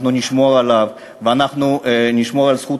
אנחנו נשמור עליו ואנחנו נשמור על זכות